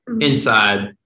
Inside